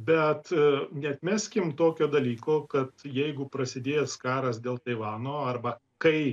bet neatmeskim tokio dalyko kad jeigu prasidės karas dėl taivano arba kai